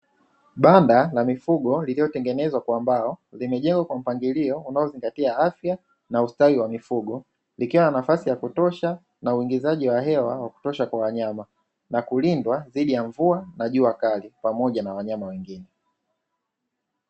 Banda la mifugo lililotengenezwa kwa mbao limejengwa kwa mpangilio unazingatia afya na ustawi wa mifugo, likiwa na nafasi ya kutosha na uingizaji wa hewa ya kutosha kwa wanyama na kulindwa dhidi ya mvua na jua kali pamoja na wanyama wengine.